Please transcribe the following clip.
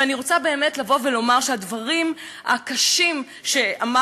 ואני רוצה באמת לבוא ולומר שהדברים הקשים שאמרת,